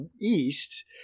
east